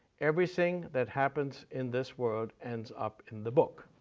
everything that happens in this world ends up in the book,